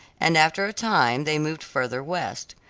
and after a time they moved further west.